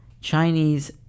Chinese